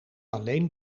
alleen